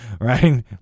right